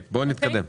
בואו נתקדם.